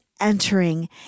entering